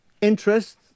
Interest